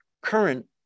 current